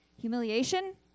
humiliation